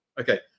Okay